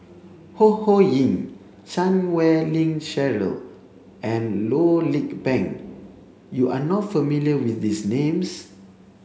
Ho Ho Ying Chan Wei Ling Cheryl and Loh Lik Peng you are not familiar with these names